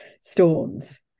Storms